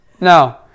No